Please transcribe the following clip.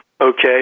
okay